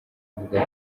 avuga